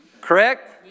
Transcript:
Correct